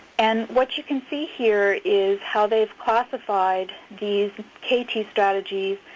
and what you can see here is how they've classified these kt strategies,